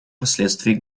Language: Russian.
последствий